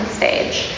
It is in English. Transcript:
stage